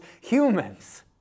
humans